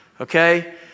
okay